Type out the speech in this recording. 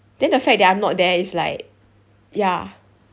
then the fact that I'm not there is like ya